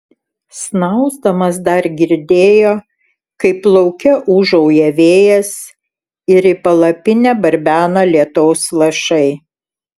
snausdamas dar girdėjo kaip lauke ūžauja vėjas ir į palapinę barbena lietaus lašai